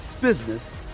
business